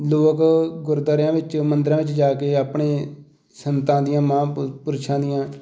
ਲੋਕ ਗੁਰਦੁਆਰਿਆਂ ਵਿੱਚ ਮੰਦਰਾਂ ਵਿੱਚ ਜਾ ਕੇ ਆਪਣੇ ਸੰਤਾਂ ਦੀਆਂ ਮਹਾਂਪੁਰਖਾਂ ਦੀਆਂ